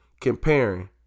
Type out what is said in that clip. comparing